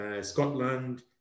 scotland